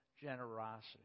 generosity